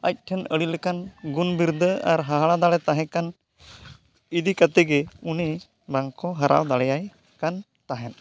ᱟᱡ ᱴᱷᱮᱱ ᱟᱹᱰᱤ ᱞᱮᱠᱟᱱ ᱜᱩᱱ ᱵᱤᱨᱫᱟᱹ ᱟᱨ ᱦᱟᱦᱟᱲᱟᱜ ᱫᱟᱲᱮ ᱛᱟᱦᱮᱸ ᱠᱟᱱ ᱤᱫᱤ ᱠᱟᱛᱮ ᱜᱮ ᱩᱱᱤ ᱵᱟᱝᱠᱚ ᱦᱟᱨᱟᱣ ᱫᱟᱲᱮᱭᱟᱭ ᱠᱟᱱ ᱛᱟᱦᱮᱸᱫ